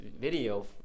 video